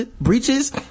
breaches